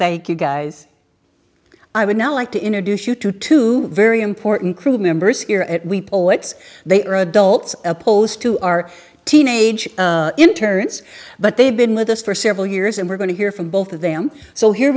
thank you guys i would now like to introduce you to two very important crew members here at we poets they are adults opposed to our teenage in terence but they've been with us for several years and we're going to hear from both of them so here